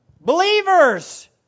Believers